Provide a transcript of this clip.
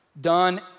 done